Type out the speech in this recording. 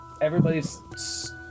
everybody's